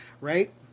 Right